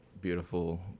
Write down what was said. beautiful